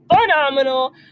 phenomenal